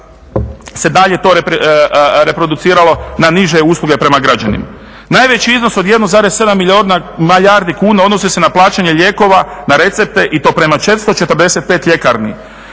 bi dalje se to reproduciralo na niže usluge prema građanima. Najveći iznos od 1,7 milijardi kuna odnosi se na plaćanje lijekova na recepte i to prema 445 ljekarni.